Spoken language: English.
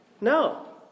No